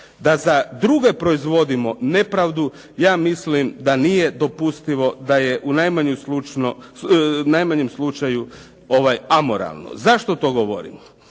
da za druge proizvodimo nepravdu ja mislim da nije dopustivo da je u najmanjem slučaju amoralno. Zašto to govorim?